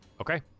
Okay